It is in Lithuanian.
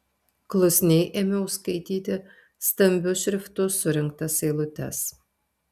klusniai ėmiau skaityti stambiu šriftu surinktas eilutes